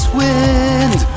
wind